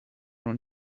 non